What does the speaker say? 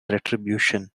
retribution